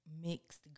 mixed